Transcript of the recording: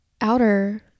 Outer